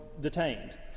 detained